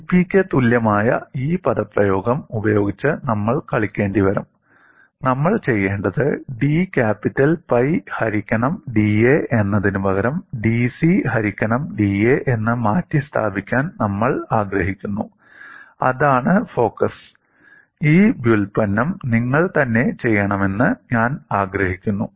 സിപിയ്ക്ക് തുല്യമായ ഈ പദപ്രയോഗം ഉപയോഗിച്ച് നമ്മൾ കളിക്കേണ്ടിവരും നമ്മൾ ചെയ്യേണ്ടത് d ക്യാപിറ്റൽ പൈ ഹരിക്കണം da എന്നതിനുപകരം dC ഹരിക്കണം da എന്ന് മാറ്റിസ്ഥാപിക്കാൻ നമ്മൾ ആഗ്രഹിക്കുന്നു അതാണ് ഫോക്കസ് ഈ വ്യുൽപ്പന്നം നിങ്ങൾ തന്നെ ചെയ്യണമെന്ന് ഞാൻ ആഗ്രഹിക്കുന്നു